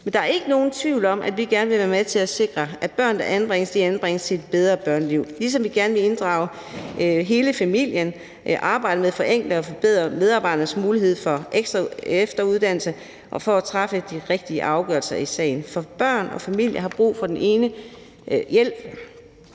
Men der er ikke nogen tvivl om, at vi gerne vil være med til at sikre, at børn, der anbringes, anbringes til et bedre børneliv, ligesom vi gerne vil inddrage hele familien i arbejdet med at forenkle og forbedre medarbejdernes muligheder for efteruddannelse og sikre, at der kan træffes de rigtige afgørelser i sagerne. For børn og familier har brug for hjælp